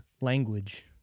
language